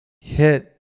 hit